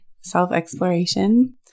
self-exploration